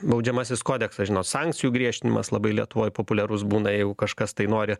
baudžiamasis kodeksas žinot sankcijų griežtinimas labai lietuvoj populiarus būna jeigu kažkas tai nori